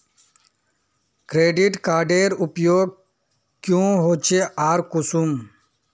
Credit कार्डेर उपयोग क्याँ होचे आर कुंसम?